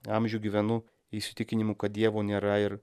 amžių gyvenu įsitikinimu kad dievo nėra ir